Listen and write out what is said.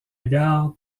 gare